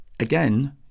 again